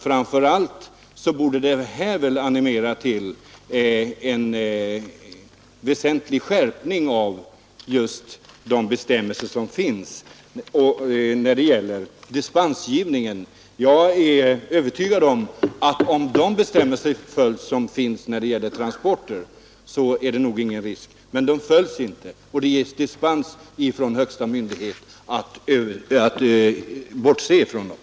Framför allt borde denna händelse animera till en väsentlig skärpning av de bestämmelser som finns när det gäller dispensgivningen. Om man följer de bestämmelser som finns i fråga om transporter, så är det nog ingen risk. Men de följs inte, och det ges dispens från högsta myndighet att bortse från dem.